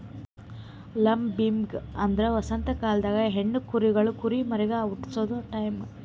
lambing ಅಂದ್ರ ವಸಂತ ಕಾಲ್ದಾಗ ಹೆಣ್ಣ ಕುರಿಗೊಳ್ ಕುರಿಮರಿಗ್ ಹುಟಸದು ಟೈಂ